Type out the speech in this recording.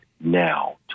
now